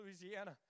Louisiana